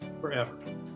forever